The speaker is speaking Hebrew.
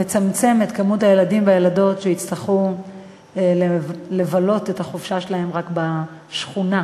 נצמצם את מספר הילדים והילדות שיצטרכו לבלות את החופשה שלהם רק בשכונה,